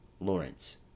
LAWRENCE